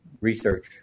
research